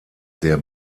der